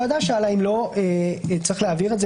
יושבת ראש הוועדה שאלה אם לא צריך להעביר את זה